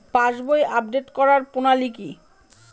পাসবই update করার প্রণালী কি?